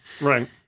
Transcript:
Right